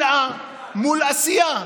שנאה מול עשייה.